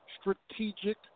Strategic